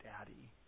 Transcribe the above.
Daddy